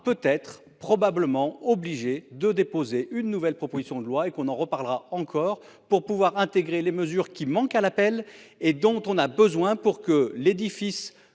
peut-être probablement obligé de déposer une nouvelle proposition de loi et qu'on en reparlera encore pour pouvoir intégrer les mesures qui manquent à l'appel et dont on a besoin pour que l'édifice